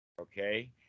okay